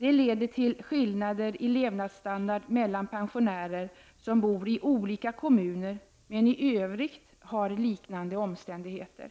Detta leder till oacceptabla skillnader i levnadsstandard mellan pensionärer som bor i olika kommuner men i övrigt under liknande omständigheter.